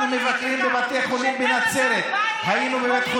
אנחנו מבקרים בבתי חולים בנצרת, כשבן